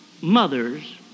mothers